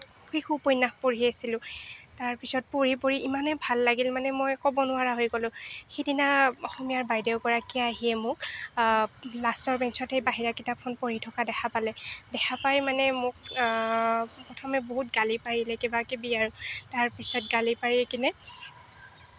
শিশু উপন্যাস পঢ়ি আছিলোঁ তাৰপিছত পঢ়ি পঢ়ি ইমানেই ভাল লাগিল মানে মই ক'ব নোৱাৰা হৈ গ'লো সিদিনা অসমীয়াৰ বাইদেউ গৰাকীয়ে আহিয়ে মোক লাষ্টৰ বেঞ্চতে বাহিৰা কিতাপখন পঢ়ি থকা দেখা পালে দেখা পাই মানে মোক প্ৰথমে বহুত গালি পাৰিলে কিবা কিবি আৰু তাৰপিছত গালি পাৰিকিনে